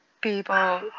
people